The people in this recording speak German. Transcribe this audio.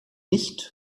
nicht